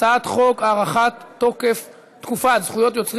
הצעת חוק הארכת תקופת זכות יוצרים